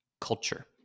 Culture